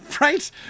right